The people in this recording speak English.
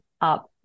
up